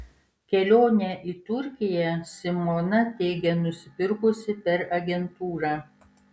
kelionę į turkiją simona teigia nusipirkusi per agentūrą